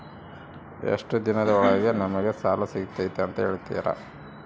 ಎಷ್ಟು ದಿನದ ಒಳಗೆ ನಮಗೆ ಸಾಲ ಸಿಗ್ತೈತೆ ಅಂತ ಹೇಳ್ತೇರಾ?